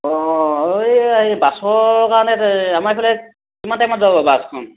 অঁ এই এই বাছৰ কাৰণে আমাৰ এইফালে কিমান টাইমত যাব বাছখন